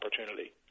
opportunity